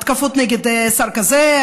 התקפות נגד שר כזה,